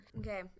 okay